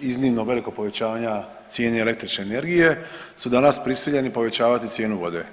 iznimno velikog povećanja cijene električne energije su danas prisiljeni povećavati cijenu vode.